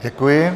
Děkuji.